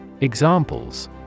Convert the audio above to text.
Examples